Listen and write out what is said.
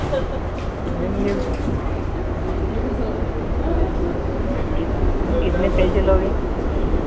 ma'am यह देखिए ma'am कित तुम कितने पैसे लोगे